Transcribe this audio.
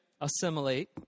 assimilate